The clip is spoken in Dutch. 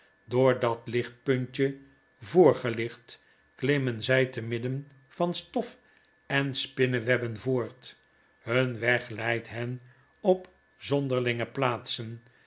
door dat lichtpuntje voorgelicht klimmen zy te midden van stof en spinnenwebben voort hun weg leidt een op zonderlinge plaatsen